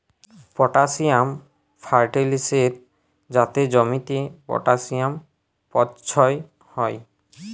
potassium ফার্টিলিসের যাতে জমিতে পটাসিয়াম পচ্ছয় হ্যয়